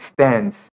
stands